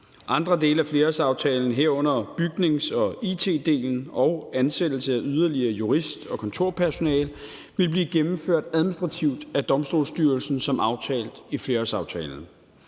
Andre dele af flerårsaftalen, herunder bygnings- og it-delen og ansættelse af yderligere jurist- og kontorpersonale, vil blive gennemført administrativt af Domstolsstyrelsen, som aftalt i flerårsaftalen.